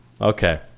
okay